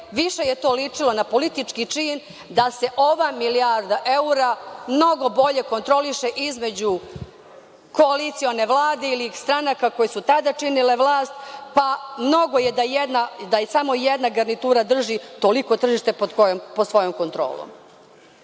više je to ličilo na politički čin da se ova milijarda evra mnogo bolje kontroliše između koalicione Vlade ili stranaka koje su tada činile vlast, pa mnogo je da samo jedna garnitura drži toliko tržište pod svojom kontrolom. Poštovani